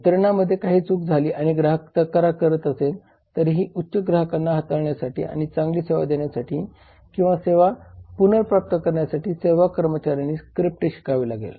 वितरणामध्ये काही चूक झाली आणि ग्राहक तक्रार करत असेल तरीही उच्च ग्राहकांना हाताळण्यासाठी आणि चांगली सेवा देण्यासाठी किंवा सेवा पुनर्प्राप्त करण्यासाठी सेवा कर्मचाऱ्यांनी स्क्रिप्ट शिकावी लागते